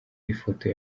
ifoto